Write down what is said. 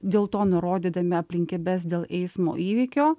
dėl to nurodydami aplinkybes dėl eismo įvykio